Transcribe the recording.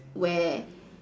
where